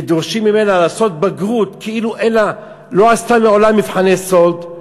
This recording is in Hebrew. ודורשים ממנה לעשות בגרות כאילו לא עשתה מעולם מבחני סאלד,